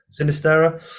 Sinistera